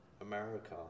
America